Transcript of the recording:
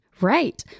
Right